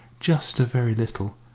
just a very little.